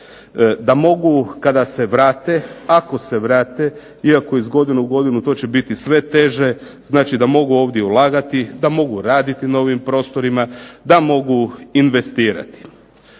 da mogu kada se vrate, ako se vrate, iako iz godine u godinu to će biti sve teže, znači da mogu ovdje ulagati, da mogu raditi na ovim prostorima, da mogu investirati.